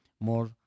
more